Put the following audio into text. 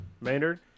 Maynard